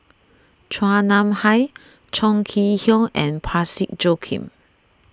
Chua Nam Hai Chong Kee Hiong and Parsick Joaquim